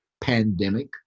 pandemic